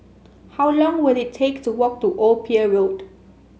how long will it take to walk to Old Pier Road